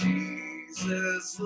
Jesus